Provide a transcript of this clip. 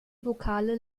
vokale